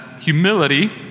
humility